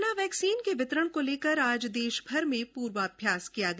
corona vaccine के वितरण को लेकर आज देशभर में पूर्वाभ्यास किया गया